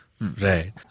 Right